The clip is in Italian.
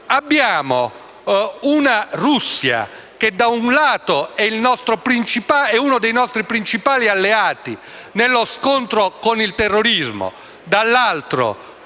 pensare. La Russia, da un lato, è uno dei nostri principali alleati nello scontro con il terrorismo e, dall'altro,